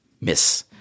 miss